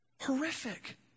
horrific